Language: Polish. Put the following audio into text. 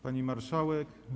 Pani Marszałek!